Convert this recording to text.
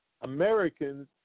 Americans